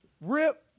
Rip